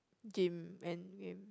gym and game